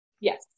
Yes